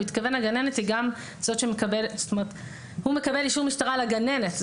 הוא התכוון לכך שהוא מקבל אישור משטרה לגננת.